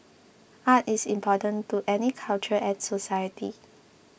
art is important to any culture and society